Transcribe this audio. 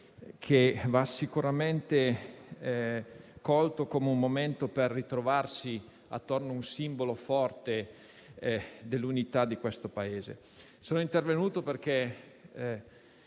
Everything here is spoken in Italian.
che va sicuramente colto per ritrovarsi intorno ad un simbolo forte dell'unità di questo Paese. Sono intervenuto perché